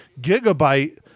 gigabyte